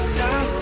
down